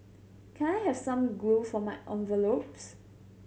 can I have some glue for my envelopes